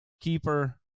keeper